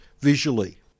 visually